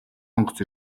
онгоц